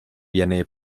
viene